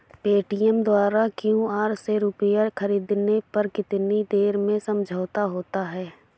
Paytm द्वारा QR से रूपए ख़रीदने पर कितनी देर में समझौता होता है?